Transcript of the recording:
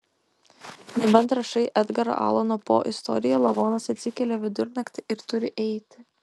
nebent rašai edgaro alano po istoriją lavonas atsikelia vidurnaktį ir turi eiti